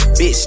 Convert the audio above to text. Bitch